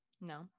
no